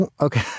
Okay